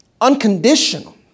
Unconditional